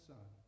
Son